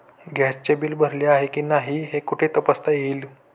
गॅसचे बिल भरले आहे की नाही हे कुठे तपासता येईल?